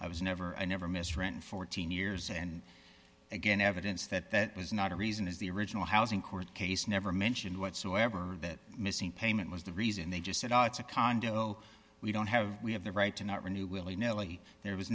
i was never i never missed or in fourteen years and again evidence that is not a reason is the original housing court case never mentioned whatsoever that missing payment was the reason they just said it's a condo we don't have we have the right to not renew willy nilly there was